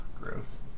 gross